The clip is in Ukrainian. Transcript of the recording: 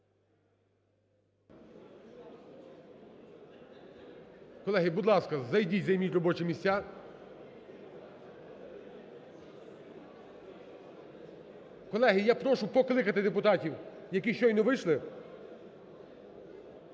Колеги, будь ласка, зайдіть, займіть робочі місця. Колеги, я прошу покликати депутатів, які щойно вийшли.